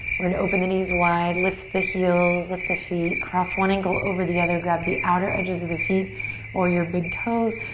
we're gonna open the knees wide, lift the heels, lift the feet. cross one ankle over the other, grab the outer edges of the feet or your big toes.